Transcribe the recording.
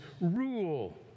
rule